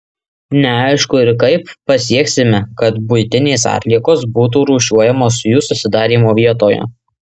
neaišku ir kaip pasieksime kad buitinės atliekos būtų rūšiuojamos jų susidarymo vietoje